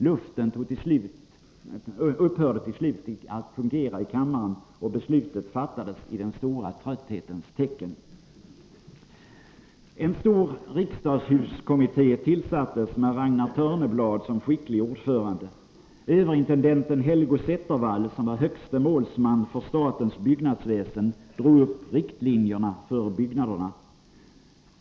Luften började ta slut i kammaren, och beslutet fattades i trötthetens tecken. En stor riksdagshuskommitté tillsattes med Ragnar Törnebladh som skicklig ordförande. Överintendenten Helgo Zettervall, som var högste målsman för statens byggnadsväsen, drog upp riktlinjerna för byggnaderna.